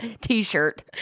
T-shirt